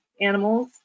animals